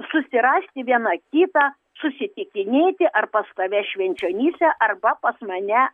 susirasti viena kitą susitikinėti ar pas tave švenčionyse arba pas mane